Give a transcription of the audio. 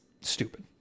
stupid